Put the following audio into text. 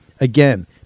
Again